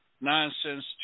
nonsense